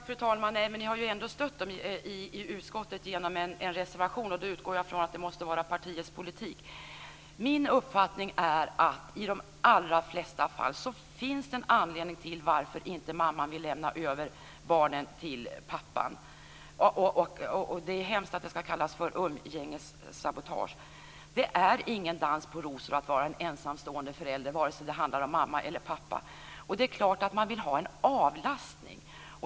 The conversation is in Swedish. Fru talman! Nej, men ni har ändå stött dem i utskottet genom en reservation. Då utgår jag ifrån att det måste vara partiets politik. Min uppfattning är att i de allra flesta fall finns det en anledning till att inte mamman vill lämna över barnen till pappan. Det är hemskt att det ska kallas för umgängessabotage. Det är ingen dans på rosor att vara ensamstående förälder, vare sig det handlar om mamma eller pappa. Det är klart att man vill ha en avlastning.